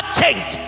change